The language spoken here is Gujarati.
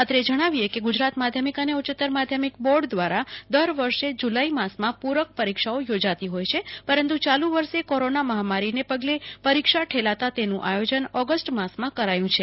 અત્રે જણાવીચે કે ગુજરાત માધ્યમિક અને ઉચ્યતર માધ્યમિત બોર્ડ દ્રારા દર વર્ષે જુલાઈ માસમાં પુ રક પરીક્ષાઓ યોજાતી હોય છે પરંતુ યાલુ વર્ષે કોરોના મહામારીને પગલે પરીક્ષા ઠેલતા તેનું આયોજન ઓગષ્ટ માસમાં કરાયુ છે